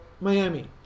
Miami